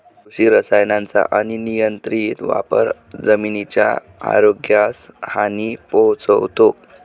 कृषी रसायनांचा अनियंत्रित वापर जमिनीच्या आरोग्यास हानी पोहोचवतो